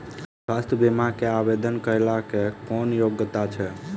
स्वास्थ्य बीमा केँ आवेदन कऽ लेल की योग्यता छै?